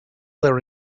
their